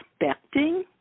expecting